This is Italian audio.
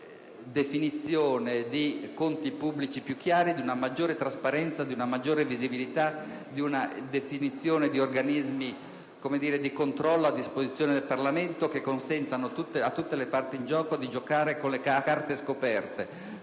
la definizione di conti pubblici più chiari, di una maggiore trasparenza, di una maggiore visibilità, la definizione di organismi di controllo a disposizione del Parlamento tali da consentire a tutte le parti in gioco di confrontarsi a carte scoperte;